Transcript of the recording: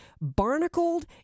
barnacled